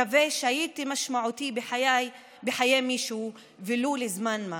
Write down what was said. מקווה שהייתי משמעותי בחיי מישהו, ולו לזמן מה.